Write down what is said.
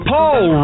Paul